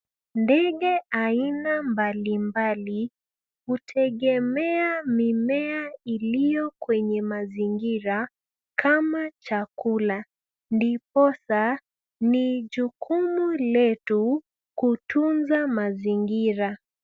Ndege aina mbalimbali hutegemea mimea iliyokwenye mazingira kama chakula, ndiposa ni jukumu letu kutunza mazingira.